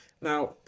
Now